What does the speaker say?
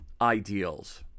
ideals